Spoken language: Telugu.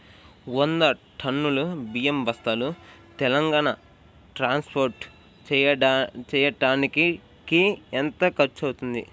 వంద టన్నులు బియ్యం బస్తాలు తెలంగాణ ట్రాస్పోర్ట్ చేయటానికి కి ఎంత ఖర్చు అవుతుంది?